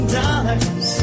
dollars